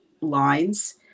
lines